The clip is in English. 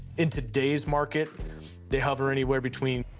in today's market they hover anywhere between